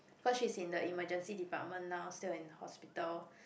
cause she's in the emergency department now still in the hospital